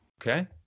Okay